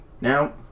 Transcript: Now